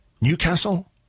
Newcastle